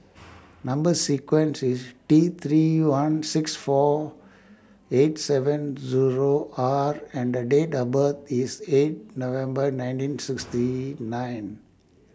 Number sequence IS T three one six four eight seven Zero R and The Date of birth IS eight November nineteen sixty nine